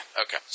Okay